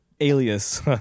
Alias